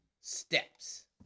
steps